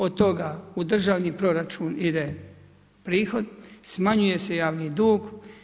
Od toga u državni proračun ide prihod, smanjuje se javni dug.